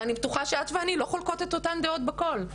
ואני בטוחה שאת ואני לא חולקות את אותן דעות בכל.